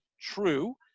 true